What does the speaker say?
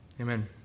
Amen